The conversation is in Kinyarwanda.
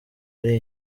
ari